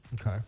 Okay